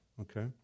Okay